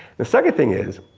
the second thing is,